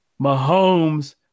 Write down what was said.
Mahomes